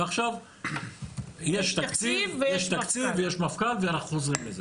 עכשיו יש תקציב ויש מפכ"ל ואנחנו חוזרים לזה